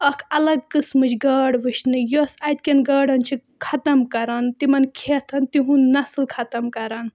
اَکھ الگ قٕسمٕچ گاڈ وٕچھنہٕ یۄس اَتہِ کٮ۪ن گاڈَن چھِ ختم کَران تِمَن کھٮ۪تھ تِہُنٛد نَسٕل ختم کَران